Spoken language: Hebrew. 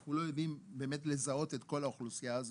שאנחנו לא יודעים באמת לזהות את כל האוכלוסייה הזאת.